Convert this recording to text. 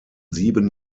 sieben